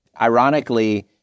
Ironically